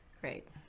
Great